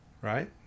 Right